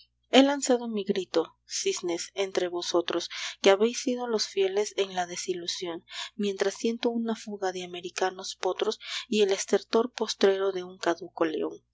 he lanzado mi grito cisnes entre vosotros que habéis sido los fieles en la desilusión mientras siento una fuga de americanos potros y el estertor postrero de un caduco león